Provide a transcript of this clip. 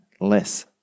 less